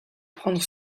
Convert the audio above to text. prendre